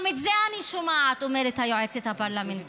גם את זה אני שומעת, אומרת היועצת הפרלמנטרית.